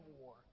war